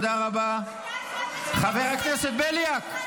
חבר הכנסת בליאק.